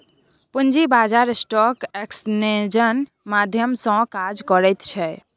पूंजी बाजार स्टॉक एक्सेन्जक माध्यम सँ काज करैत छै